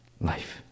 life